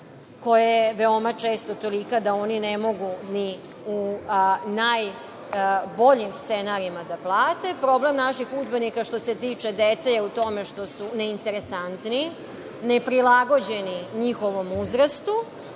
koja je veoma često tolika da oni ne mogu ni u najboljim scenarijima da plate. Problem naših udžbenika što se tiče dece je u tome što su neinteresantni, neprilagođeni njihovom uzrastu.